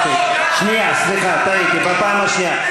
שנייה, סליחה, טעיתי, פעם שנייה.